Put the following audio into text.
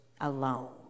alone